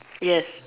yes